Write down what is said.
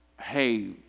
hey